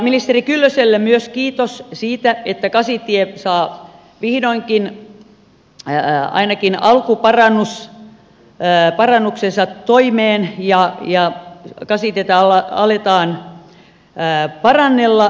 ministeri kyllöselle myös kiitos siitä että kasitie saa vihdoinkin ainakin alkuparannuksensa toimeen ja kasitietä aletaan parannella